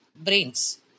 brains